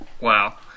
Wow